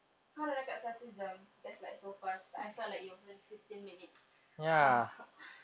!huh! dah dekat satu jam that's like so fast I felt like it was only fifteen minutes ha